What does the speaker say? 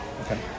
Okay